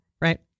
Right